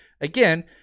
again